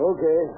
Okay